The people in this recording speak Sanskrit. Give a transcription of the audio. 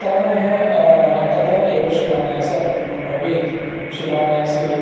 ततः ततः एव शिलान्यासः प्रथमं भवेत् शिलान्यासे